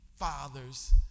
Fathers